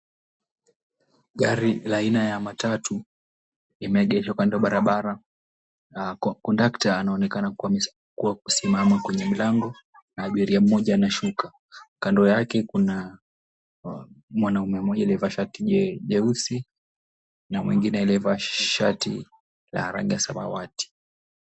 Gari la aina ya matatu imeegeshwa kando ya barabara, kwa kondakta anaonekana kusimama kwenye mlango, na abiria anashuka. Kando yake kuna mwanamme mmoja aliyevaa shati jeusi, na mwengine aliyevaa shati la rangi ya samawati.